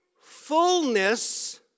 fullness